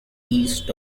east